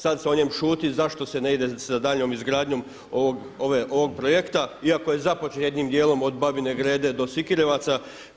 Sad se o njem šuti zašto se ne ide s daljnjom izgradnjom ovog projekta iako je započet jednim dijelom od Babine Grede do Sikirevaca.